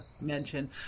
mention